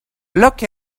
look